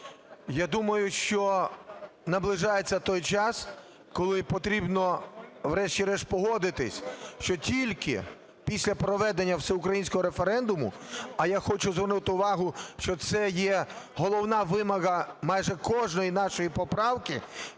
Я думаю, що наближається той час, коли потрібно врешті-решт погодитись, що тільки після проведення всеукраїнського референдуму, а я хочу звернути увагу, що це є головна вимога майже кожної нашої поправки,